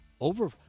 Over